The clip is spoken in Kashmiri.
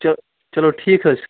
چلو چلو ٹھیٖک حظ چھُ